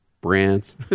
brands